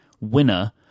winner